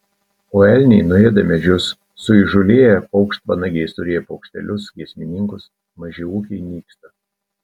o elniai nuėda medžius suįžūlėję paukštvanagiai suryja paukštelius giesmininkus maži ūkiai nyksta